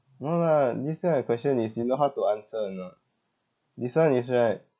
no lah this kind of question is you know how to answer or not this one is right